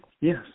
yes